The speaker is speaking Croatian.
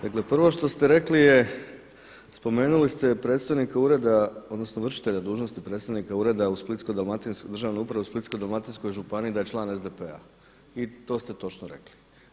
Dakle, prvo što ste rekli, spomenuli ste predstojnika Ureda odnosno vršitelja dužnosti predstojnika ureda državne uprave u Splitsko-dalmatinskoj županiji da je član SDP-a i to ste točno rekli.